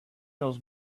mills